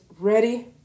Ready